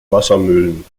wassermühlen